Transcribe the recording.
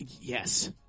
yes